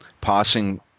Passing